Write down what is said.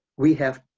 we have,